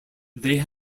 they